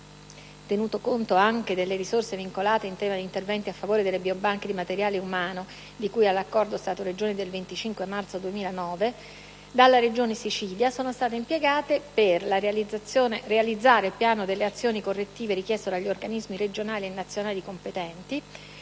(tenuto conto anche delle risorse vincolate in tema di «Interventi a favore delle biobanche di materiale umano» di cui all'accordo Stato-Regioni del 25 marzo 2009) dalla Regione Sicilia sono state impiegate per: realizzare il piano delle azioni correttive richiesto dagli organismi regionali e nazionali competenti;